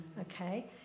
okay